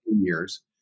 years